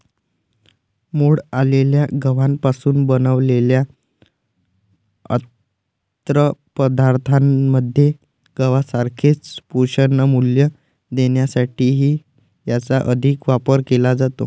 मोड आलेल्या गव्हापासून बनवलेल्या अन्नपदार्थांमध्ये गव्हासारखेच पोषणमूल्य देण्यासाठीही याचा अधिक वापर केला जातो